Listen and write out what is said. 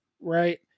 right